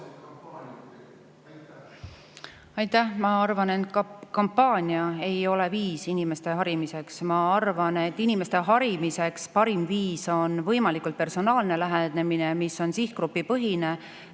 Ma arvan, et kampaania ei ole viis inimeste harimiseks. Ma arvan, et inimeste harimise parim viis on võimalikult personaalne lähenemine, mis on sihtgrupipõhine,